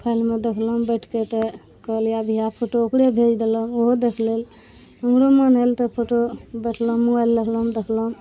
फोनमे देखलहुॅं बैठके तऽ कहलियै अगला फोटो ओकरे भेज देलहुॅं ओहो देखऽ लेल हमरो मोन भेल तऽ फोटो देखलहुॅं मोबाइल देखलहुॅं देखलहुॅं